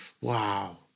wow